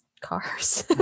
cars